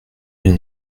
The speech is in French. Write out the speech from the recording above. ils